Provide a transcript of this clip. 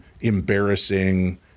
embarrassing